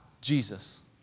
Jesus